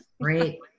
Great